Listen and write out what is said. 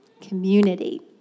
community